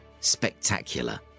spectacular